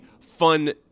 fun